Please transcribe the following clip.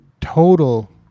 total